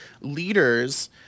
leaders